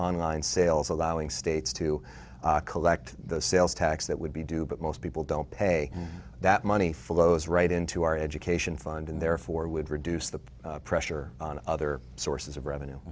online sales allowing states to collect the sales tax that would be due but most people don't pay that money flows right into our education fund and therefore would reduce the pressure on other sources of revenue